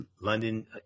London